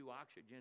oxygen